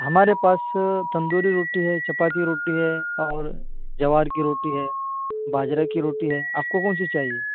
ہمارے پاس تندوری روٹی ہے چپاتی روٹی ہے اور جوار کی روٹی ہے باجرہ کی روٹی ہے آپ کو کون سی چاہیے